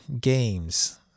games